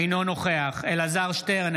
אינו נוכח אלעזר שטרן,